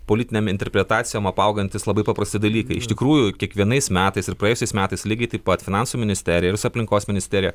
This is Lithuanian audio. politinėm interpretacijom apaugantys labai paprasti dalykai iš tikrųjų kiekvienais metais ir praėjusiais metais lygiai taip pat finansų ministerija ir su aplinkos ministerija